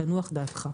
תנוח דעתך.